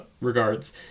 regards